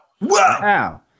Wow